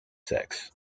six